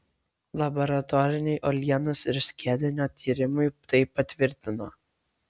laboratoriniai uolienos ir skiedinio tyrimai tai patvirtino